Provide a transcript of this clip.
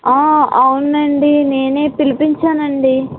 అవునండి నేనే పిలిపించానండి